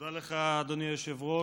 תודה לך, אדוני היושב-ראש.